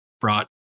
brought